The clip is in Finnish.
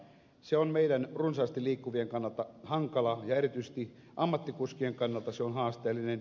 se on meidän runsaasti liikkuvien kannalta hankala ja erityisesti ammattikuskien kannalta se on haasteellinen